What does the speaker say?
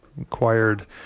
acquired